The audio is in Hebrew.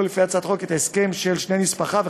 לפי הצעת החוק את ההסכם על שני נספחיו,